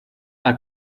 are